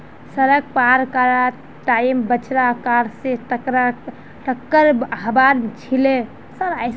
सड़क पार कर त टाइम बछड़ा कार स टककर हबार छिले